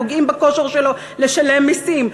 פוגעים בכושר שלו לשלם מסים,